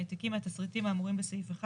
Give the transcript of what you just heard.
העתקים מהתסריטים האמורים בסעיף 1